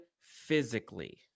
physically